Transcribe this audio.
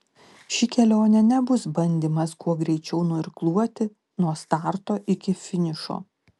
ši kelionė nebus bandymas kuo greičiau nuirkluoti nuo starto iki finišo